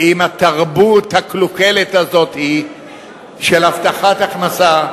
עם התרבות הקלוקלת הזאת של הבטחת הכנסה,